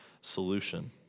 solution